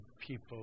people